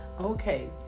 Okay